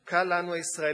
קל לנו הישראלים,